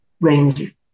range